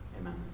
Amen